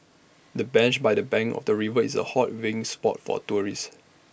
the bench by the bank of the river is A hot viewing spot for tourists